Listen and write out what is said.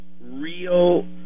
real